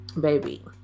baby